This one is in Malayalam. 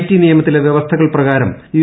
ടി നിയമത്തിലെ വ്യവസ്ഥകൾ പ്രകാരം യു